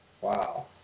wow